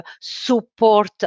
support